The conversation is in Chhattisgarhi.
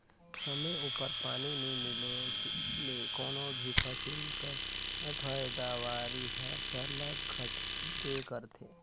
समे उपर पानी नी मिले ले कोनो भी फसिल कर पएदावारी हर सरलग घटबे करथे